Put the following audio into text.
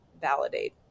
validate